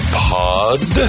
pod